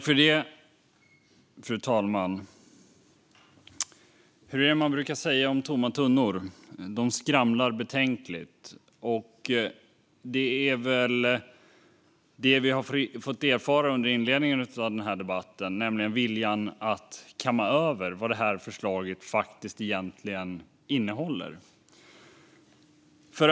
Fru talman! Hur är det man brukar säga om tomma tunnor? De skramlar betänkligt. Det är väl det vi har fått erfara under inledningen av debatten, nämligen viljan att kamma över vad det här förslaget egentligen innehåller.